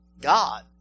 God